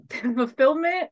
fulfillment